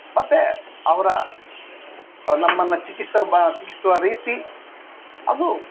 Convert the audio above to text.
ಮತ್ತು ಅವರು ನಮ್ಮನ್ನು ಚಿಕಿತ್ಸೆ ಬಾ ಚಿಕಿತ್ಸುವ ರೀತಿ ಅದು